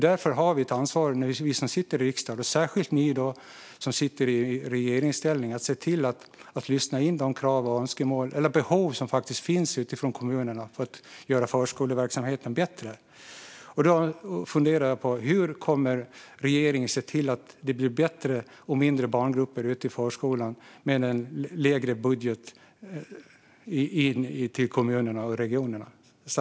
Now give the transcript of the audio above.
Därför har vi som sitter i riksdagen - och särskilt ni som sitter i regeringsställning - ett ansvar att lyssna in de krav och behov som kommunerna har för att göra förskoleverksamheten bättre. Hur kommer regeringen att se till att det blir bättre i förskolan och mindre barngrupper där med en mindre budget till kommunerna och regionerna?